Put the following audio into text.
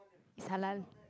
is halal